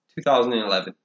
2011